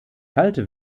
kalte